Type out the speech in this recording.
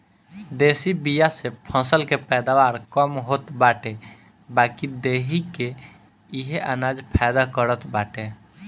देशी बिया से फसल के पैदावार कम होत बाटे बाकी देहि के इहे अनाज फायदा करत बाटे